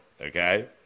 okay